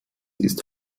ist